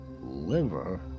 liver